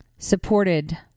Supported